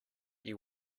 you